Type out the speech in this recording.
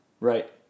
right